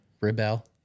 Rebel